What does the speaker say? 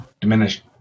diminished